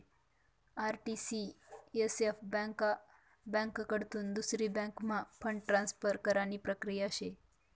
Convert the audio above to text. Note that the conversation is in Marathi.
आर.टी.सी.एस.एफ ब्यांककडथून दुसरी बँकम्हा फंड ट्रान्सफर करानी प्रक्रिया शे